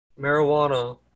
marijuana